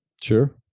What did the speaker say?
Sure